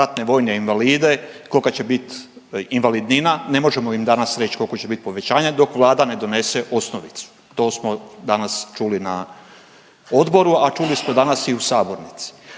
ratne vojne invalide, kolika će biti invalidnina, ne možemo im danas reći koliko će biti povećanje dok Vlada ne donese osnovicu, to smo danas čuli na odboru, a čuli smo danas i u sabornici.